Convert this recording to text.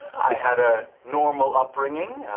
i had a normal upbringing.